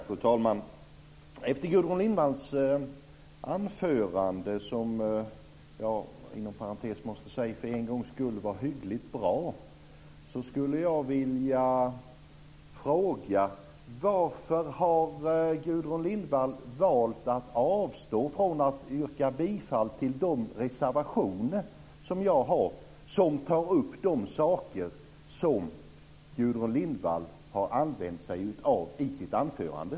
Fru talman! Efter Gudrun Lindvalls anförande, som jag inom parentes måste säga för en gångs skull var hyggligt bra, skulle jag vilja fråga varför Gudrun Lindvall har valt att avstå från att yrka bifall till de reservationer som jag har och som tar upp de saker som Gudrun Lindvall har använt sig av i sitt anförande.